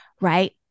right